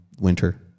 winter